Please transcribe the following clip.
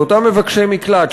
של אותם מבקשי מקלט,